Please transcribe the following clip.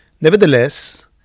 Nevertheless